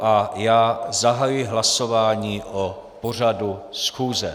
A já zahajuji hlasování o pořadu schůze.